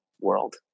world